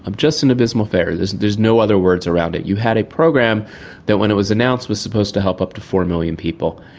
um just an abysmal failure, there and is no other words around it. you had a program that when it was announced was supposed to help up to four million people.